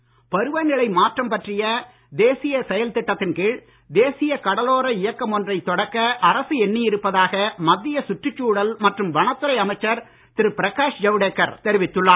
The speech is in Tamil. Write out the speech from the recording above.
ஜவடேகர் பருவநிலை மாற்றம் பற்றிய தேசிய செயல் திட்டத்தின் கீழ் தேசிய கடலோர இயக்கம் ஒன்றை தொடக்க அரசு எண்ணி இருப்பதாக மத்திய சுற்றுச்சூழல் மற்றும் வனத்துறை அமைச்சர் திரு பிரகாஷ் ஜவடேகர் தெரிவித்துள்ளார்